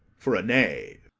for a knave.